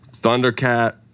Thundercat